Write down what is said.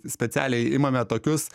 specialiai imame tokius